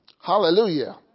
Hallelujah